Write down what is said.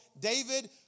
David